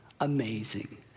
amazing